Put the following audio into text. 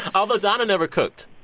although, donna never cooked